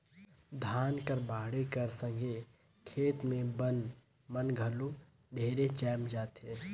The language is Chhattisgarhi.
धान कर बाढ़े कर संघे खेत मे बन मन घलो ढेरे जाएम जाथे